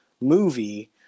movie